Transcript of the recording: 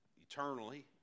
eternally